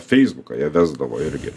feisbuką jie vesdavo irgi